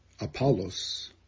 Apollos